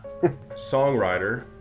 Songwriter